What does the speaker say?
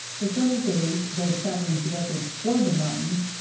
for several days, though traveling directly toward the mountains,